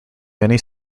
many